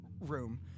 room